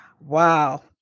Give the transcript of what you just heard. Wow